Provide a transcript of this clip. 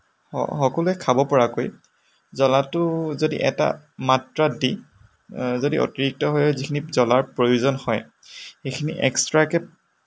সকলোৱে খাব পৰাকৈ জলাটো যদি এটা মাত্ৰাত দি যদি অতিৰিক্তভাৱে যিখিনি জলাৰ প্ৰয়োজন হয় সেইখিনি এক্সট্ৰাকৈ